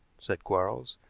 said quarles.